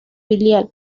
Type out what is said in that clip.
biliar